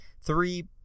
Three